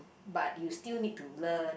but you still need to learn